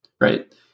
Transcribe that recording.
Right